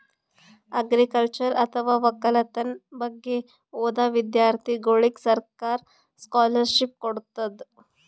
agriculture ಅಥವಾ ವಕ್ಕಲತನ್ ಬಗ್ಗೆ ಓದಾ ವಿಧ್ಯರ್ಥಿಗೋಳಿಗ್ ಸರ್ಕಾರ್ ಸ್ಕಾಲರ್ಷಿಪ್ ಕೊಡ್ತದ್